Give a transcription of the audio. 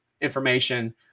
information